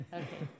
okay